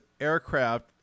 aircraft